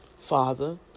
father